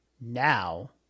now